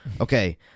Okay